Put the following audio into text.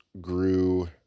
grew